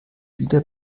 wieder